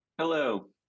Hello